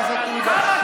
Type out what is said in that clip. חבר הכנסת עודה,